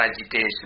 agitation